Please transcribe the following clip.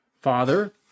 father